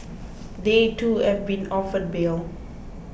they too have been offered bail